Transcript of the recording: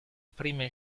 prime